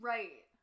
Right